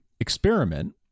experiment